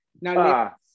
Now